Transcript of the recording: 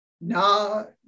No